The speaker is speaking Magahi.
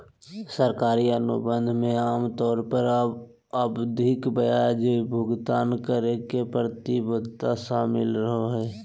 सरकारी अनुबंध मे आमतौर पर आवधिक ब्याज भुगतान करे के प्रतिबद्धता शामिल रहो हय